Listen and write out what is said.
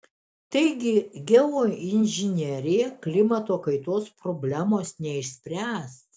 taigi geoinžinerija klimato kaitos problemos neišspręs